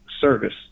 service